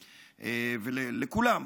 לכולם,